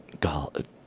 God